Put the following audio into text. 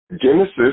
Genesis